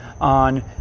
on